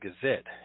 Gazette